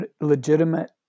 legitimate